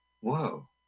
Whoa